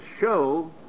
show